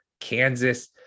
Kansas